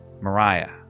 Mariah